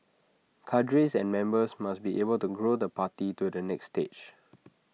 cadres and members must be able to grow the party to the next stage